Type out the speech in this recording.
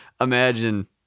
Imagine